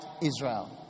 Israel